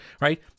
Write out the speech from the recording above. right